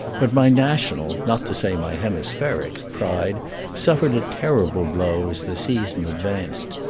but my national not to say my hemispheric pride suffered a terrible blow as the season advanced.